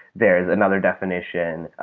there is another definition,